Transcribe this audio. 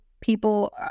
people